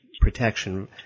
protection